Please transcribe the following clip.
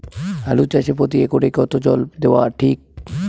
আলু চাষে প্রতি একরে কতো জল দেওয়া টা ঠিক?